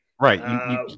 Right